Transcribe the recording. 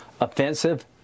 offensive